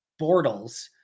Bortles